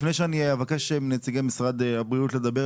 לפני שאני אבקש מנציגי משרד הבריאות לדבר,